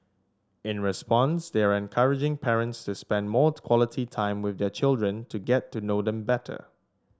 in response they are encouraging parents to spend more quality time with their children to get to know them better